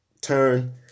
turn